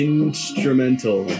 Instrumental